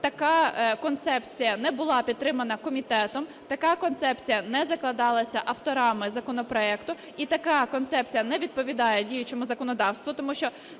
така концепція не була підтримана комітетом. Така концепція не закладалася авторами законопроекту. І така концепція не відповідає діючому законодавству, тому що,